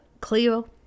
Cleo